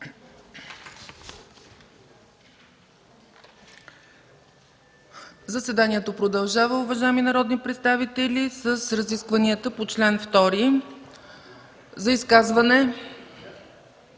Заседанието продължава, уважаеми народни представители, с разискванията по чл. 2. За изказване